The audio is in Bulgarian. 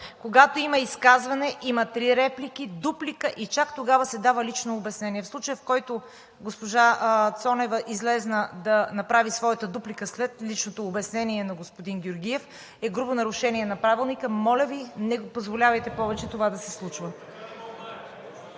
Когато има изказване, има три реплики, дуплика и чак тогава се дава лично обяснение. В случая, в който госпожа Цонева излезе да направи своята дуплика след личното обяснение на господин Георгиев, е грубо нарушение на Правилника. Моля Ви, не позволявайте повече това да се случва!